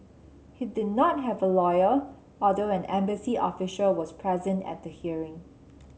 he did not have a lawyer although an embassy official was present at the hearing